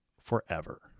forever